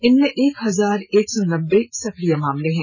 इनमें एक हजार एक सौ नब्बे सक्रिय केस हैं